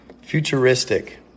Futuristic